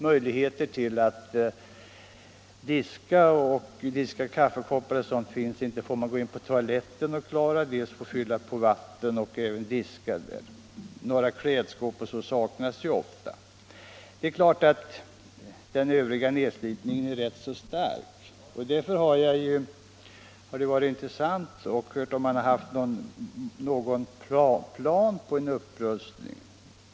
Möjligheter att diska kaffekopparna finns inte. Det får ske på toaletten, där man också får hämta vatten. Klädskåp saknas ofta. Även nedslitningen i övrigt är rätt så stark. Det vore intressant att få veta om det finns någon plan för en upprustning.